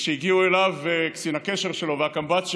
וכשהגיעו אליו קצין הקשר שלו והקמב"ץ שלו,